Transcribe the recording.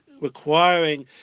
requiring